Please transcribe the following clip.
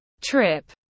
trip